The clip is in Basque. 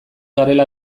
garela